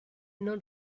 non